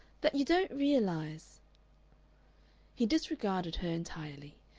that you don't realize he disregarded her entirely.